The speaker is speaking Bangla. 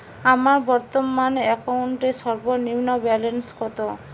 আমার বর্তমান অ্যাকাউন্টের সর্বনিম্ন ব্যালেন্স কত?